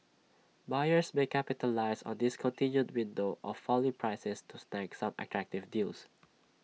buyers may capitalise on this continued window of falling prices to snag some attractive deals